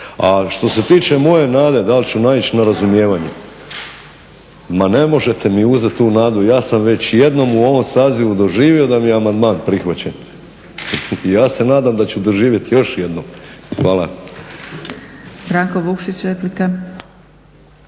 A što se tiče moje nade da li ću naići na razumijevanje, ma ne možete mi uzeti tu nadu, ja sam već jednom u ovom Saboru doživio da mi je amandman prihvaćen. I ja se nadam da ću doživjeti još jednom. Hvala.